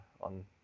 on